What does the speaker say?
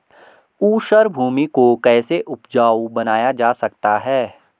ऊसर भूमि को कैसे उपजाऊ बनाया जा सकता है?